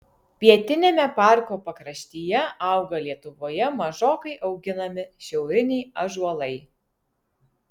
pietiniame parko pakraštyje auga lietuvoje mažokai auginami šiauriniai ąžuolai